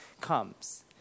comes